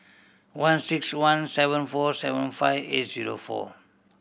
one six one seven four seven five eight zero four